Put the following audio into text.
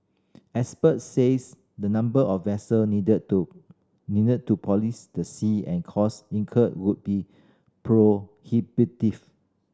experts says the number of vessel needed to needed to police the sea and cost incurred would be prohibitive